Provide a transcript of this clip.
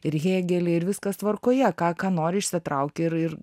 ir hėgelį ir viskas tvarkoje ką nori išsitrauki ir ir